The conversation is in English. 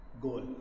goal